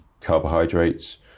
carbohydrates